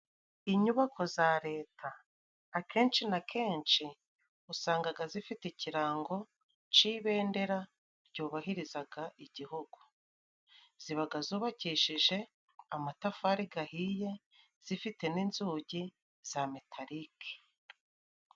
Inyubako za Leta akenshi na kenshi usangaga zifite ikirango c'ibendera ryubahirizaga igihugu zibaga zubakishije amatafari gahiye zifite n'inzugi za metarike.